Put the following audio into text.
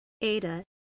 Ada